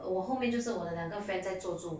我后面就是我的两个 friend 坐住